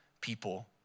people